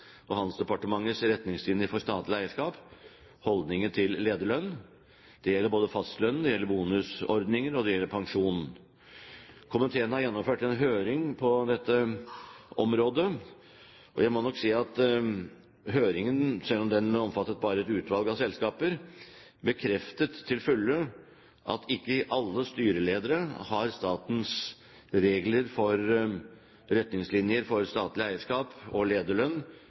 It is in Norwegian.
og handelsdepartementets retningslinjer for statlig eierskap, holdningen til lederlønn. Det gjelder både fastlønnen, bonusordninger og pensjon. Komiteen har gjennomført en høring på dette området. Jeg må nok si at høringen, selv om den bare omfattet et utvalg av selskaper, til fulle bekrefter at ikke alle styreledere har statens regler om retningslinjer for statlig eierskap og lederlønn